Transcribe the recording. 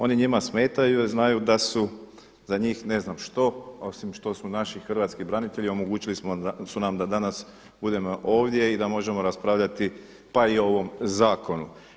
Oni njima smetaju jer znaju da su za njih ne znam što, osim što su naši hrvatski branitelji i omogućili su nam da danas budemo ovdje i da možemo raspravljati pa i o ovom zakonu.